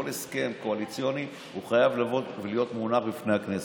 כל הסכם קואליציוני חייב לבוא ולהיות מונח בפני הכנסת,